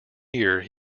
year